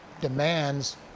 demands